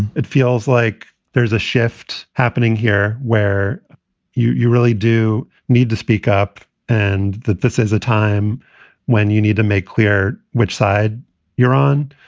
it feels like there's a shift happening here where you you really do need to speak up and that this is a time when you need to make clear which side you're on.